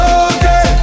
okay